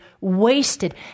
wasted